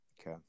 Okay